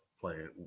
playing